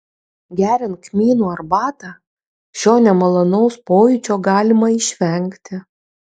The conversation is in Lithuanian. geriant kmynų arbatą šio nemalonaus pojūčio galima išvengti